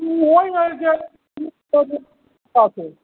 ওই ওই যে